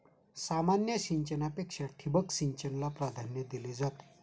सामान्य सिंचनापेक्षा ठिबक सिंचनाला प्राधान्य दिले जाते